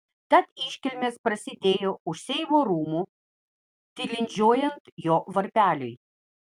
tad iškilmės prasidėjo už seimo rūmų tilindžiuojant jo varpeliui